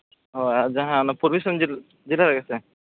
ᱦᱳᱭ ᱡᱟᱦᱟᱸ ᱯᱩᱨᱵᱤ ᱥᱤᱝᱵᱷᱩᱢ ᱡᱮᱞᱟ ᱨᱮᱜᱮ ᱥᱮ